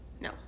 No